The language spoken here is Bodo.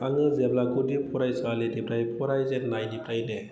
आङो जेब्ला गुदि फरायसालिनिफ्राय फरायजेननायनिफ्रायनो